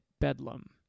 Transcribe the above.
bedlam